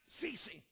ceasing